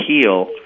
heal